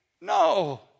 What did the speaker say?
No